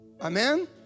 Amen